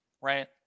right